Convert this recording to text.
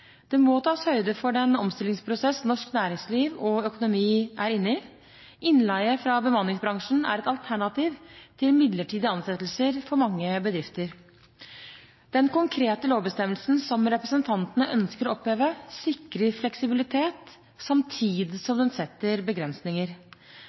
Det må tas høyde for den omstillingsprosess norsk næringsliv og økonomi er inne i. Innleie fra bemanningsbransjen er et alternativ til midlertidige ansettelser for mange bedrifter. Den konkrete lovbestemmelsen som representantene ønsker å oppheve, sikrer fleksibilitet samtidig som